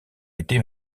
été